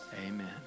amen